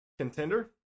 contender